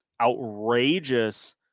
outrageous